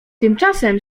tymczasem